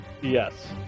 Yes